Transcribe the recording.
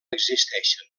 existeixen